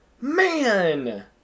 Man